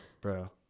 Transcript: bro